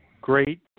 great